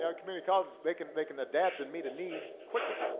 yeah community colleges, they can they can adapt and meet a need quickly.